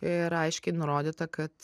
ir aiškiai nurodyta kad